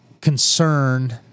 concern